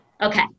Okay